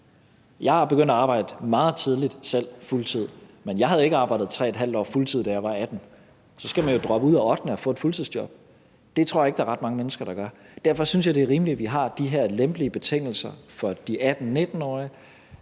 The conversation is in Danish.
Jeg begyndte selv at arbejde på fuldtid meget tidligt, men jeg havde ikke arbejdet 3½ år på fuldtid, da jeg var 18 år. I så fald skal man jo droppe ud af 8. klasse og få et fuldtidsjob. Det tror jeg ikke der er ret mange mennesker der gør. Derfor synes jeg, det er rimeligt, at vi har de her lempelige betingelser for de 18-19-årige,